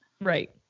Right